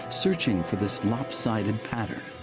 searching for this lopsided pattern.